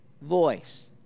voice